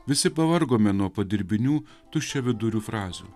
visi pavargome nuo padirbinių tuščiavidurių frazių